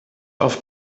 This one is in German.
auf